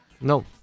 No